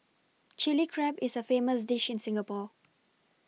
Chilli Crab is a famous dish in Singapore